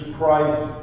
Christ